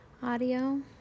audio